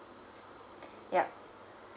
yup